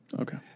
Okay